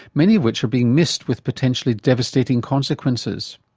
many of which are being missed with potentially devastating consequences.